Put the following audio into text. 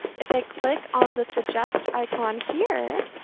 if i click on the suggest icon here,